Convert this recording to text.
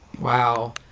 Wow